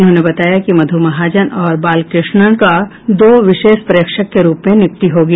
उन्होंने बताया कि मध्र महाजन और बालकृष्णन को दो विशेष पर्यवेक्षक के रूप में नियुक्ति होगी